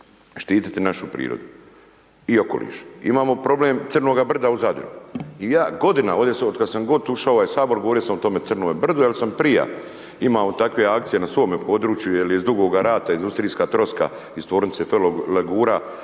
štitit našu prirodu i okoliš. Imamo problem crnoga brda u Zadru, i ja godinama od kad sam god ušao u ovaj sabor govorio sam o tome crnom brdu jer sam prija imao takve akcije na svome području jel je iz Dugoga rata industrijska troska iz tvornice ferolegura